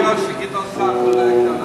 אני אוהב שגדעון סער קורא לי כך.